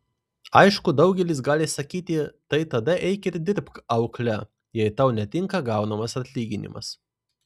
aišku daugelis gali sakyti tai tada eik ir dirbk aukle jei tau netinka gaunamas atlyginimas